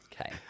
okay